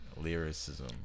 lyricism